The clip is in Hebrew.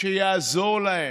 שיעזור להם.